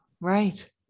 right